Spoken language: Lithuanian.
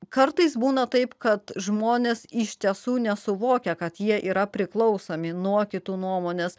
kartais būna taip kad žmonės iš tiesų nesuvokia kad jie yra priklausomi nuo kitų nuomonės